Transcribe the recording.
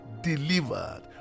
delivered